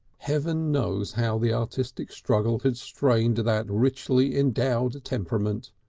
heaven knows how the artistic struggle had strained that richly endowed temperament.